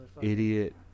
Idiot